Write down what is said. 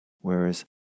whereas